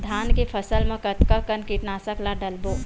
धान के फसल मा कतका कन कीटनाशक ला डलबो?